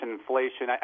inflation